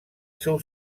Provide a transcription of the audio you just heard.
seu